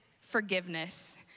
forgiveness